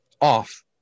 off